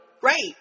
right